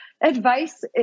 advice